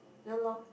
ya loh